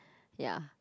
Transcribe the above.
ya